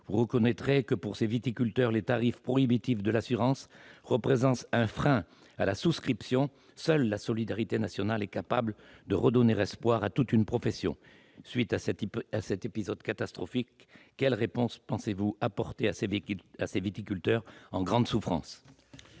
Vous reconnaîtrez que, pour ces viticulteurs, les tarifs prohibitifs de l'assurance représentent un frein à la souscription. Seule la solidarité nationale est en mesure de redonner espoir à toute une profession ! À la suite de cet épisode catastrophique, quelle réponse pensez-vous pouvoir apporter à ces viticulteurs en grande souffrance ?